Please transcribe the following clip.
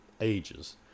ages